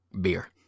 Beer